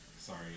Sorry